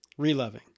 Reloving